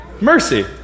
mercy